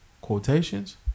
Quotations